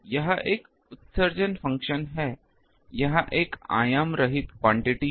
यह एक उत्सर्जन फंक्शन है यह एक आयाम रहित क्वांटिटी है